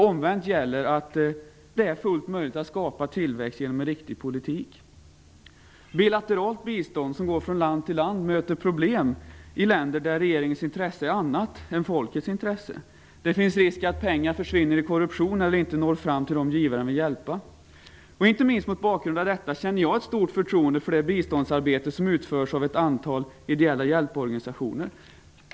Omvänt gäller att det är fullt möjligt att skapa tillväxt genom en riktig politik. Bilateralt bistånd som går från land till land möter problem i länder där regeringens intresse är annat än folkets intresse. Det finns risk att pengar försvinner genom korruption eller att de inte når fram till dem som givaren vill hjälpa. Mot bakgrund av detta känner jag ett stort förtroende för det biståndsarbete som utförs av ett antal ideella hjälporganisationer.